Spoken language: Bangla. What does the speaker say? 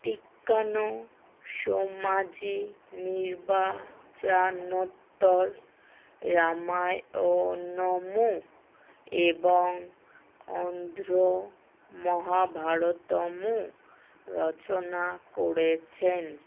টিক্কানো সোমাজি নির্বাচানোত্তর রামায়ণমু এবং অন্ধ্র মহাভারতমু রচনা করেছেন